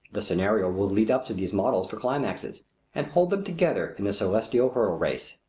the scenario will lead up to these models for climaxes and hold them together in the celestial hurdle-race.